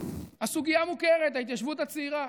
הסוגיה מוכרת: ההתיישבות הצעירה.